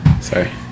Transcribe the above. Sorry